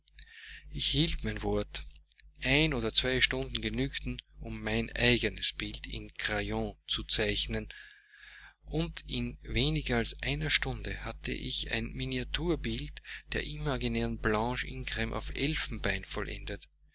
ich hielt mein wort eine oder zwei stunden genügten um mein eigenes bild in crayon zu zeichnen und in weniger als einer stunde hatte ich ein miniaturbild der imaginären blanche ingram auf elfenbein vollendet